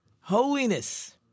holiness